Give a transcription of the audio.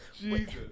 Jesus